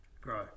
Grow